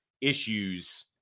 issues